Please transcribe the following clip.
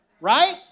Right